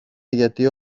γιατί